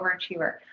overachiever